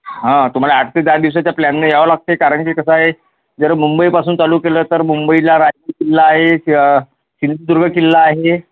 हां तुम्हाला आठ ते दहा दिवसाच्या प्लॅनने यावं लागतं आहे कारणकी कसं आहे जर मुंबईपासून चालू केलं तर मुंबईला राजगड किल्ला आहे शि सिंधूदुर्ग किल्ला आहे